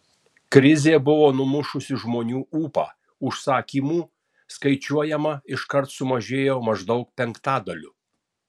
krizė buvo numušusi žmonių ūpą užsakymų skaičiuojama iškart sumažėjo maždaug penktadaliu